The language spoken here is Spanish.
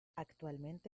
actualmente